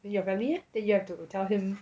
with your family leh then you have to tell him